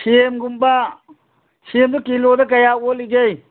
ꯁꯦꯝꯒꯨꯝꯕ ꯁꯦꯝꯗꯣ ꯀꯤꯂꯣꯗ ꯀꯌꯥ ꯑꯣꯜꯂꯤꯒꯦ